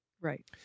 Right